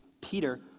Peter